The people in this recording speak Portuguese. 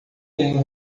tenho